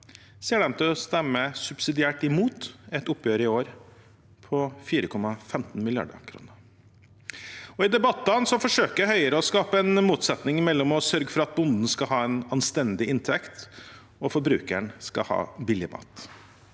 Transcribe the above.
år ut til å stemme subsidiært mot et oppgjør på 4,15 mrd. kr. I debattene forsøker også Høyre å skape en motsetning mellom å sørge for at bonden skal ha en anstendig inntekt og forbrukeren billig mat.